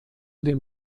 dem